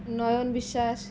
ନୟନ ବିଶ୍ୱାସ